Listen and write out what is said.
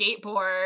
skateboard